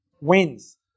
wins